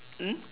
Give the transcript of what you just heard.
mm